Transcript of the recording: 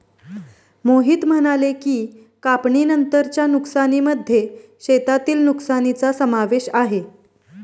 मोहित म्हणाले की, कापणीनंतरच्या नुकसानीमध्ये शेतातील नुकसानीचा समावेश आहे